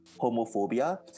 homophobia